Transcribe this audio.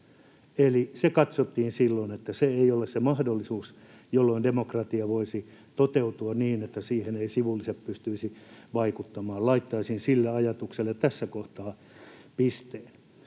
Eli katsottiin silloin, että se ei ole se mahdollisuus, jolloin demokratia voisi toteutua niin, että siihen eivät sivulliset pystyisi vaikuttamaan. Laittaisin sille ajatukselle tässä kohtaa pisteen.